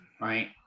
right